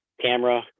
camera